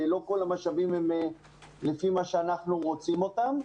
לא כל המשאבים הם לפי מה שאנחנו רוצים אותם,